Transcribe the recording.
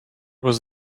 was